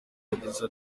yagize